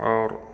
आओर